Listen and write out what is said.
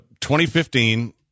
2015